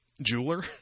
jeweler